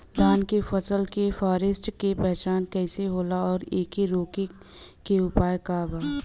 धान के फसल के फारेस्ट के पहचान कइसे होला और एके रोके के उपाय का बा?